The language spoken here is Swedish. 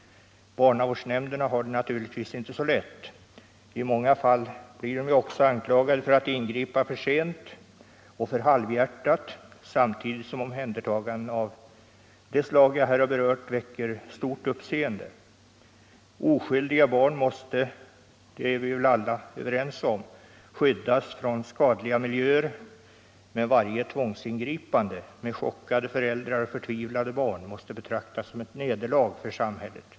Barnavårdsnämnderna har det naturligtvis inte så lätt. I många fall blir de också anklagade för att ingripa för sent och för halvhjärtat samtidigt som omhändertaganden av det slag jag här berört väcker stort uppseende. Oskyldiga barn måste — det är vi väl alla överens om — skyddas från skadliga miljöer, men varje tvångsingripande med chockade föräldrar och förtvivlade barn måste betraktas som ett nederlag för samhället.